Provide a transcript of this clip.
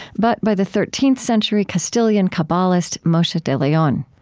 but by the thirteenth century castilian kabbalist, moshe de leon.